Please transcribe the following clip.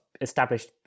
established